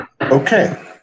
Okay